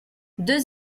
deux